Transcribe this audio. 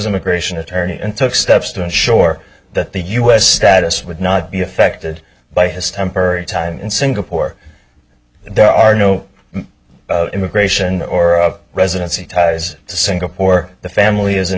immigration attorney and took steps to ensure that the us that us would not be affected by his temporary time in singapore there are no immigration or residency ties to singapore the family isn't